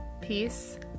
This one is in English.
Peace